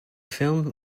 film